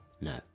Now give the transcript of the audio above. No